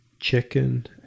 Chicken